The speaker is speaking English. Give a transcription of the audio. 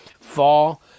fall